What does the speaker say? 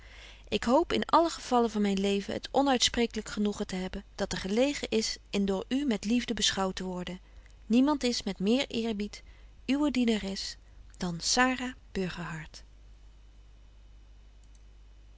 ik hoop in alle gevallen van myn leven het onuitsprekelyk genoegen te hebben dat er gelegen is in door u met liefde beschouwt te worden niemand is met meer eerbied uwe dienares dan